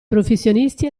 professionisti